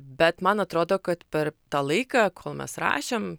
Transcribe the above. bet man atrodo kad per tą laiką kol mes rašėm